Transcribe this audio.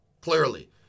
clearly